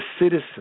citizen